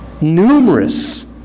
numerous